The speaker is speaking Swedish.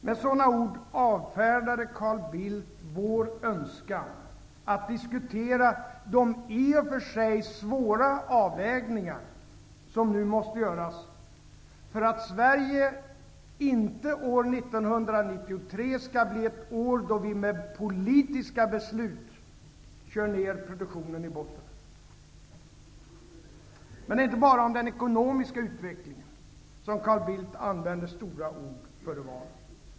Med sådana ord avfärdade Carl Bildt vår önskan att diskutera de i och för sig svåra avvägningar som nu måste göras för att inte år 1993 skall bli det år då Sverige med politiska beslut kör ned produktionen i botten. Men det var inte bara om den ekonomiska utvecklingen som Carl Bildt använde stora ord före valet.